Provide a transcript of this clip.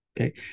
Okay